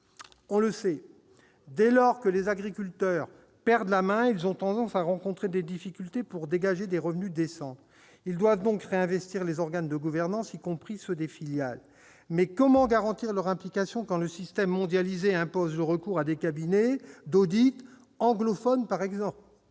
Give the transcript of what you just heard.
On le sait, dès lors que les agriculteurs perdent la main, ils ont tendance à rencontrer des difficultés pour dégager des revenus décents. Ils doivent donc réinvestir les organes de gouvernance, y compris ceux des filiales. Mais comment garantir leur implication quand le système mondialisé impose le recours à des cabinets d'audit anglophones, par exemple ?